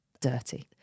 dirty